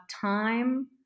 time